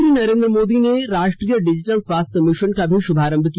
प्रधानमंत्री नरेन्द्र मोदी ने राष्ट्रीय डिजिटल स्वास्थ्य मिशन का भी शुभारंभ किया